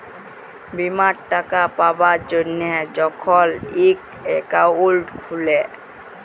বীমার টাকা পাবার জ্যনহে যখল ইক একাউল্ট খুলে